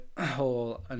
whole